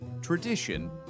Tradition